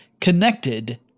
connected